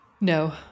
no